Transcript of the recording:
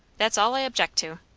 that's all i object to.